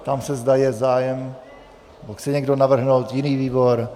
Ptám se, zda je zájem nebo chce někdo navrhnout jiný výbor.